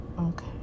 Okay